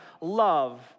love